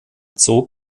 zog